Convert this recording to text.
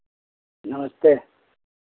नमस्ते